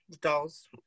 dolls